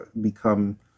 become—